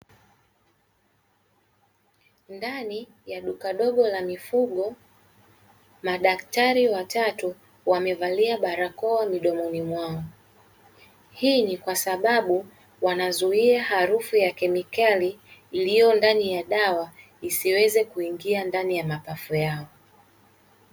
Ndani ya duka dogo la mifugo madaktari watatu wamevalia barakoa midomoni mwao. Hii ni kwa sababu wanazuia harufu ya kemikali iliyo ndani ya dawa isiweze kuingia ndani ya mapafu yao.